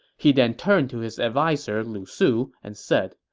he then turned to his adviser lu su and said,